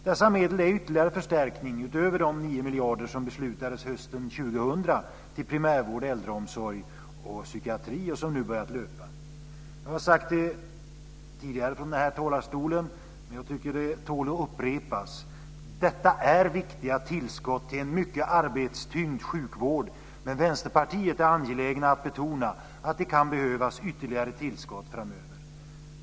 Dessa medel är ytterligare en förstärkning utöver de 9 miljarder som det beslutades om hösten 2000 till primärvård, äldreomsorg och psykiatri och som nu har börjat löpa. Jag har sagt det tidigare från den här talarstolen, men jag tycker att det tål att upprepas: Detta är viktiga tillskott till en mycket arbetstyngd sjukvård, men Vänsterpartiet är angeläget om att betona att det kan behövas ytterligare tillskott framöver.